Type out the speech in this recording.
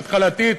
התחלתית,